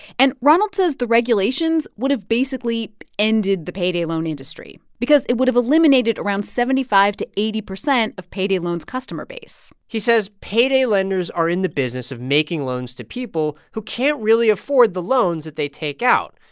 and ronald says the regulations would've basically ended the payday loan industry because it would've eliminated around seventy five to eighty percent of payday loans' customer base he says payday lenders are in the business of making loans to people who can't really afford the loans that they take out.